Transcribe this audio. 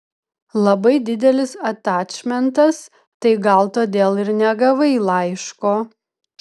labai didelis atačmentas tai gal todėl ir negavai laiško